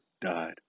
died